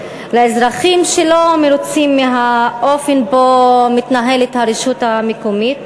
לאזרחים שלא מרוצים מהאופן שבו מתנהלת הרשות המקומית